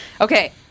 Okay